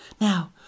Now